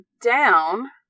down